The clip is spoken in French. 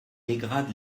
dégrade